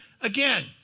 again